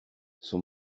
son